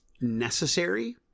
necessary